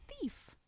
thief